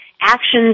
actions